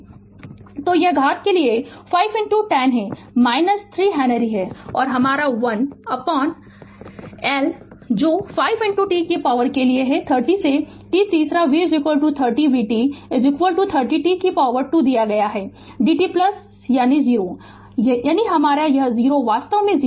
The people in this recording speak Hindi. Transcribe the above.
तो यह घात के लिए 5 10 है - 3 हेनरी और हमारा 1 हमारा L जो 5 10 की पॉवर के लिए है - 30 से t तीसरा v 30 vt 30 t 2 दिया गया dt प्लस 0 यानी हमारे है यह 0 वास्तव में 0